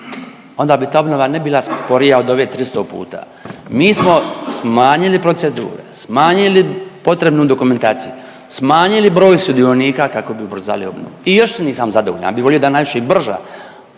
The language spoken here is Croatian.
onda bi ta obnova ne bi bila sporija od ove 300 puta. Mi smo smanjili procedure, smanjili potrebnu dokumentaciju, smanjili broj sudionika kako bi ubrzali obnovu. I još nisam zadovoljan, ja bi volio da je ona još i brža,